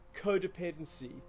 codependency